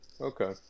okay